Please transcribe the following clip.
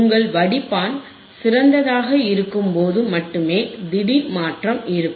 உங்கள் வடிப்பான் சிறந்ததாக இருக்கும்போது மட்டுமே திடீர் மாற்றம் இருக்கும்